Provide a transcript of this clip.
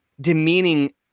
demeaning